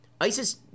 ISIS